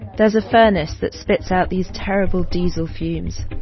there's a furnace that spits out these terrible diesel fumes.